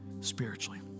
spiritually